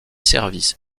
services